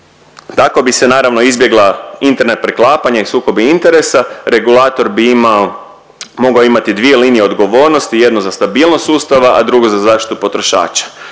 Tako bi se naravno, izbjegla interna preklapanja i sukobi interesa, regulator bi imao, mogao imati dvije linije odgovornosti, jedno za stabilnost sustava, a drugo za zaštitu potrošača.